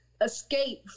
escape